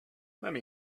lemme